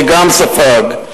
שגם ספג,